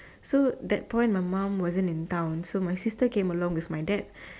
so that point my mum wasn't in town so my sister came along with my dad